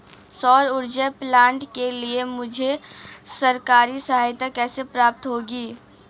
सौर ऊर्जा प्लांट के लिए मुझे सरकारी सहायता कैसे प्राप्त होगी?